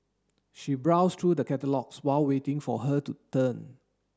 she browsed through the catalogues while waiting for her turn